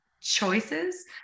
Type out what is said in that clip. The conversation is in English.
choices